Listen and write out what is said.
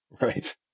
right